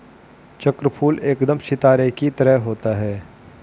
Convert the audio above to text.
चक्रफूल एकदम सितारे की तरह होता है